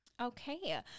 Okay